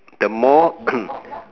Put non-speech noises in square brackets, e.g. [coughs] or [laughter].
the more [coughs]